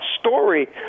story